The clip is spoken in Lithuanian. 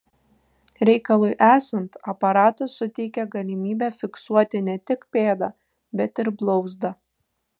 reikalui esant aparatas suteikia galimybę fiksuoti ne tik pėdą bet ir blauzdą